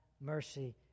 mercy